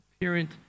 parent